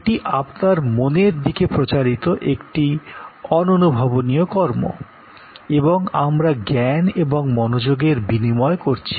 এটি আপনার মনের দিকে পরিচালিত একটি অদৃশ্য কর্ম এবং আমরা জ্ঞান এবং মনোযোগের বিনিময় করছি